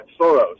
Soros